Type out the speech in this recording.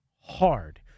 hard